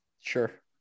Sure